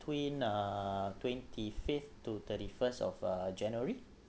between uh twenty-fifth to thirty-first of uh january